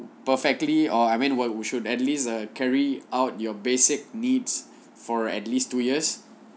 perfectly or I mean what you should at least uh carry out your basic needs for at least two years